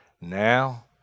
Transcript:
Now